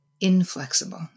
inflexible